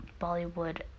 Bollywood